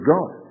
God